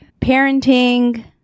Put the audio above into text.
parenting